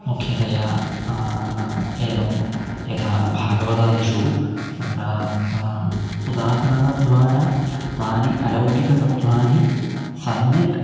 मुख्यतया एवं यथा भागवतादिषु तत्र उदाहरणद्वारा तानि अलौकिकतत्त्वानि सम्यक्